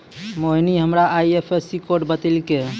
मोहिनी हमरा IFSC code बतैलकै